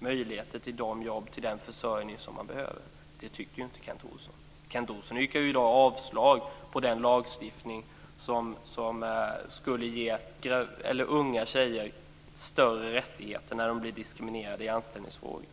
möjligheter till de jobb och till den försörjning som de behöver. Det tycker inte Kent Olsson. Kent Olsson yrkar ju i dag avslag på förslaget till den lagstiftning som skulle ge unga tjejer större rättigheter när de blir diskriminerade vid anställningar.